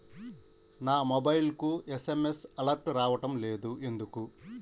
నా మొబైల్కు SMS alerts రావడం లేదు ఎందుకు?